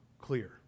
clear